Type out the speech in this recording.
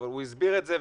אבל הוא הסביר את זה,